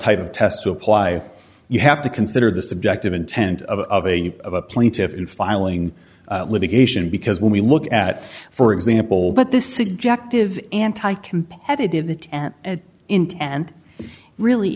type of test to apply you have to consider the subjective intent of a of a plaintiff in filing litigation because when we look at for example but this subject of anti competitive attempt at intent really